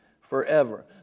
forever